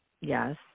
Yes